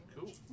Cool